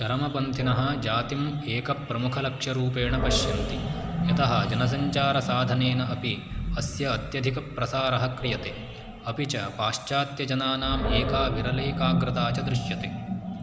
चरमपन्थिनः जातिम् एकप्रमुखलक्ष्यरूपेण पश्यन्ति यतः जनसञ्चारसाधनेन अपि अस्य अत्यधिकप्रसारः क्रियते अपि च पाश्चात्य जनानाम् एका विरलैकाग्रता च दृश्यते